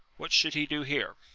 what should he do here?